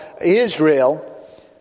Israel